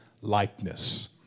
likeness